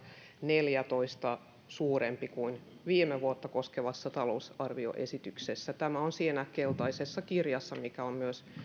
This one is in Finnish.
neljätoista suurempi kuin viime vuotta koskevassa talousarvioesityksessä tämä on siinä keltaisessa kirjassa mikä on myös